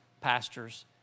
pastors